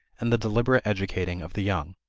and the deliberate educating of the young.